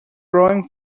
growing